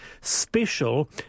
special